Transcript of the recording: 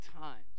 times